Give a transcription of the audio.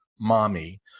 Mommy